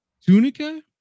Tunica